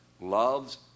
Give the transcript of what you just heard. Loves